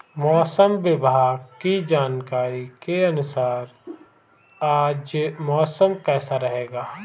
मौसम विभाग की जानकारी के अनुसार आज मौसम कैसा रहेगा?